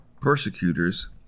persecutors